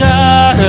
God